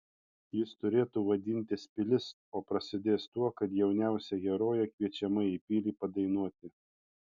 jis turėtų vadintis pilis o prasidės tuo kad jauniausia herojė kviečiama į pilį padainuoti